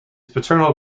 paternal